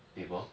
table